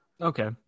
Okay